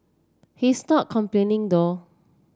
he is not complaining though